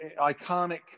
iconic